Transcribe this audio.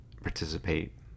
participate